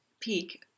peak